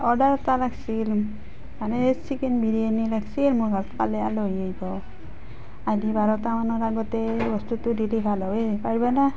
order এটা লাগ্ছিল মানে চিকেন বিৰিয়ানী লাগিছিল মোৰ ঘৰত কালি আলহী আহিব আজি বাৰটা মানৰ আগতে বস্তুটো দিলে ভাল হয় পাৰিবানে